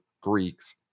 Greeks